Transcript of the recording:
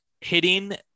hitting